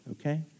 okay